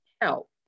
help